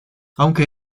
aunque